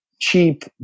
cheap